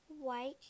white